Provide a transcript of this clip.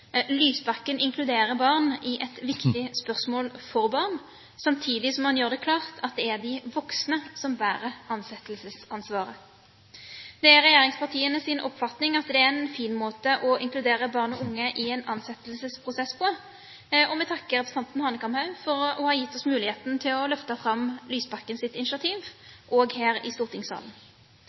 Lysbakken inkluderer barn i et viktig spørsmål for barn, samtidig som han gjør det klart at det er de voksne som bærer ansettelsesansvaret. Det er regjeringspartienes oppfatning at dette er en fin måte å inkludere barn og unge på i en ansettelsesprosess, og vi takker representanten Hanekamhaug for å ha gitt oss muligheten til å løfte fram Lysbakkens initiativ også her i stortingssalen.